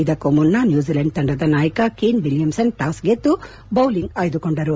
ಇದಕ್ಕೂ ಮುನ್ನ ನ್ಯೂಜಿಲೆಂಡ್ ತಂಡದ ನಾಯಕ ಕೇನ್ ವಿಲಿಯಮ್ಸನ್ ಟಾಸ್ ಗೆದ್ದು ಬೌಲಿಂಗ್ ಆಯ್ದುಕೊಂಡರು